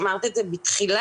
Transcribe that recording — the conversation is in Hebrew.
אמרת את זה בתחילה,